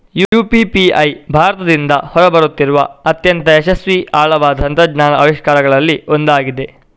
UPI ಭಾರತದಿಂದ ಹೊರ ಬರುತ್ತಿರುವ ಅತ್ಯಂತ ಯಶಸ್ವಿ ಆಳವಾದ ತಂತ್ರಜ್ಞಾನದ ಆವಿಷ್ಕಾರಗಳಲ್ಲಿ ಒಂದಾಗಿದೆ